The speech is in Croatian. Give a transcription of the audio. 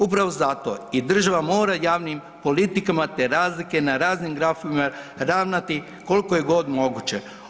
Upravo zato i država javnim politikama te razlike na raznim grafovima ravnati koliko je god moguće.